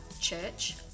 church